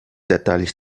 detalhes